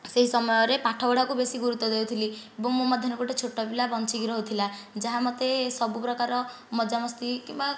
ସେହି ସମୟରେ ପାଠ ପଢ଼ାକୁ ବେଶି ଗୁରୁତ୍ୱ ଦେଉଥିଲି ଏବଂ ମୋ ମଧ୍ୟରେ ଗୋଟିଏ ଛୋଟ ପିଲା ବଞ୍ଚିକି ରହୁଥିଲା ଯାହା ମୋତେ ସବୁ ପ୍ରକାର ମଜା ମସ୍ତି କିମ୍ବା